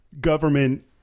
government